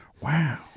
wow